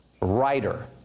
Writer